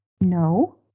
No